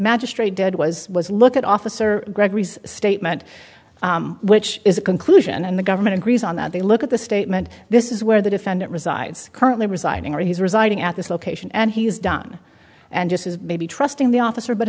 magistrate did was was look at officer gregory's statement which is a conclusion and the government agrees on that they look at the statement this is where the defendant resides currently residing or he's residing at this location and he has done and just is maybe trusting the officer but